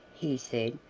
he said,